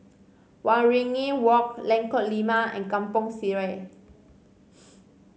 Waringin Walk Lengkok Lima and Kampong Sireh